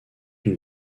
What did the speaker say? une